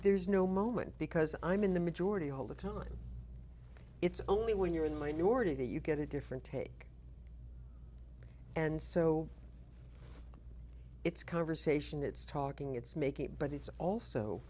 there's no moment because i'm in the majority all the time it's only when you're in the minority that you get a different take and so it's conversation it's talking it's making but it's also